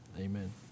Amen